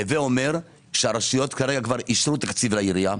הווה אומר שהרשויות כבר אישרו תקציב לעירייה.